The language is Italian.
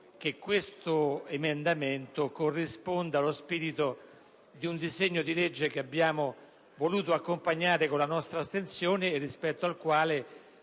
che questo emendamento corrisponda allo spirito di un disegno di legge che abbiamo voluto accompagnare con la nostra astensione e, rispetto al quale,